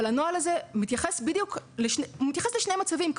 אבל הנוהל הזה מתייחס לשני מצבים,